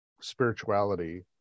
spirituality